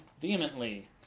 vehemently